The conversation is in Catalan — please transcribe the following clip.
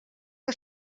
que